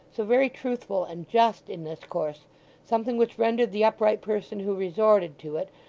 so very truthful and just in this course something which rendered the upright person who resorted to it,